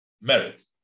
merit